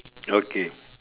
okay